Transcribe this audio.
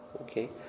Okay